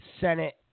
Senate